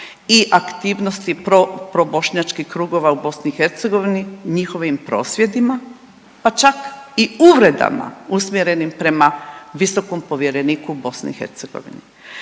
i aktivnosti probošnjačkih krugova u BiH, njihovim prosvjedima, pa čak i uvredama usmjerenim prema visokom povjereniku BiH.